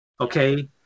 Okay